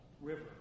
river